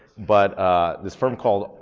but ah this firm called